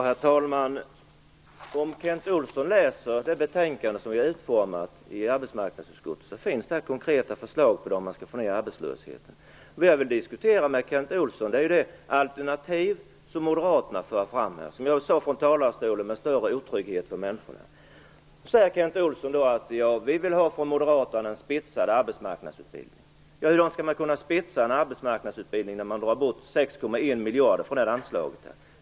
Herr talman! Om Kent Olsson läser det betänkande som vi har utformat i arbetsmarknadsutskottet kan han se att där finns konkreta förslag på hur vi skall kunna minska arbetslösheten. Vad jag vill diskutera med Kent Olsson är det alternativ som Moderaterna för fram. Detta innebär, som jag sade från talarstolen, en större otrygghet för människorna. Kent Olsson säger att Moderaterna vill ha en spetsad arbetsmarknadsutbildning. Men hur skall man kunna spetsa en arbetsmarknadsutbildning när man drar bort 6,1 miljarder från anslaget?